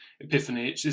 epiphany